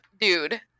dude